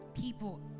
people